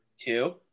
Two